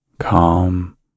calm